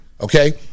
Okay